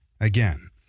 again